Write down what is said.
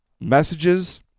messages